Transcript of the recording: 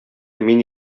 мин